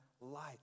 light